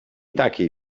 takiej